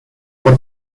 por